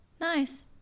nice